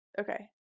Okay